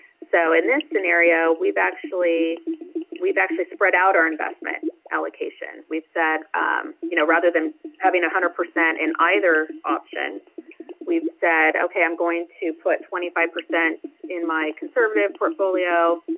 so in this scenario we've actually we've actually spread out our investment allocation. we've said you know rather than having a hundred percent in either option we've said ok i'm going to put twenty five percent in my conservative portfolio,